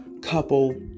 couple